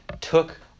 took